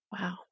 Wow